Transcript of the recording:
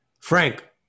Frank